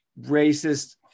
racist